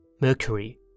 Mercury